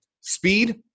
speed